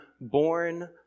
born